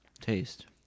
taste